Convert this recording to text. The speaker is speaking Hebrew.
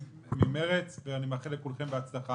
ממרצ, ואני רוצה לאחל לכולכם בהצלחה.